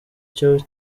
cyo